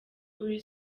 uri